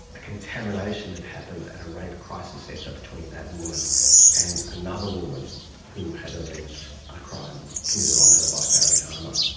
a contamination had happened at a rape crisis centre between that woman and another woman who had alleged a crime committed on her by farah jama.